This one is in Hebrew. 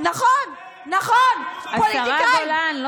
נכון, נכון, פוליטיקאים.